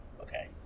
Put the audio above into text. okay